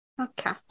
Okay